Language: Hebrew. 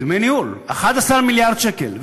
דמי ניהול, 11 מיליארד שקל.